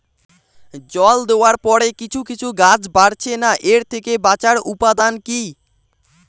জল দেওয়ার পরে কিছু কিছু গাছ বাড়ছে না এর থেকে বাঁচার উপাদান কী?